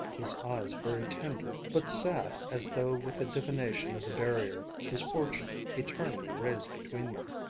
his eyes very tender, but sad as though with a divination of the barrier his fortune eternally raised between them.